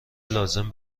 لازم